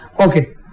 okay